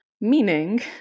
meaning